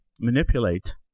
manipulate